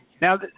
Now